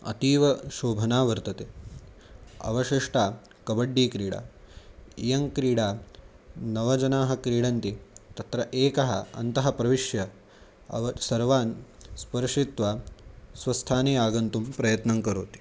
अतीव शोभना वर्तते अवशिष्टा कबड्डी क्रीडा इयं क्रीडा नवजनाः क्रीडन्ति तत्र एकः अन्तः प्रविश्य अव सर्वान् स्पर्शित्वा स्वस्थाने आगन्तुं प्रयत्नं कुर्वन्ति